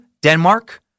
Denmark